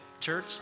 Church